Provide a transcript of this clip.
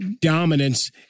dominance